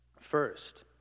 First